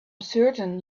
certain